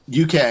UK